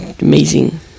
amazing